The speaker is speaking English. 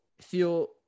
feel